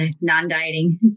non-dieting